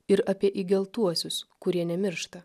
ir apie įgeltuosius kurie nemiršta